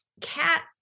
CAT